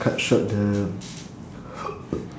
cut short the